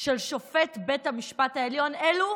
של שופט בית המשפט העליון, אלו